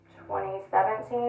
2017